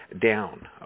down